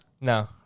No